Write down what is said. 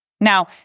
Now